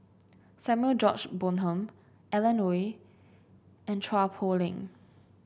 Samuel George Bonham Alan Oei and Chua Poh Leng